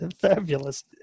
Fabulous